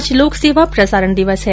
आज लोकसेवा प्रसारण दिवस है